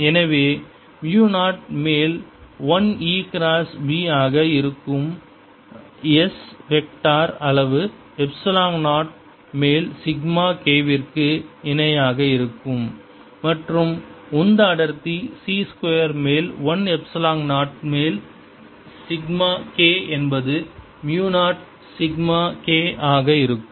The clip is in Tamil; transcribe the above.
எனவே மியூ 0 மேல் 1 E கிராஸ் B ஆக இருக்கும் S வெக்டார் அளவு எப்ஸிலோன் 0 மேல் சிக்மா K விற்கு இணையாக இருக்கும் மற்றும் உந்த அடர்த்தி c ஸ்கொயர் மேல் 1 எப்ஸிலான் 0 மேல் சிக்மா K என்பது மியூ 0 சிக்மா K ஆக இருக்கும்